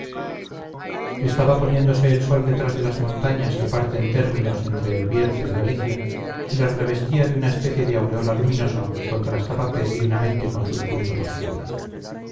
estaba poniéndose el sol detrás de las montañas que parten términos entre el bierzo y galicia y las revestía de una especie de aureola luminosa que contrastaba peregrinamente con sus puntos oscuros